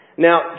Now